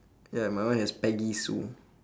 ya my one has peggy sue